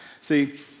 See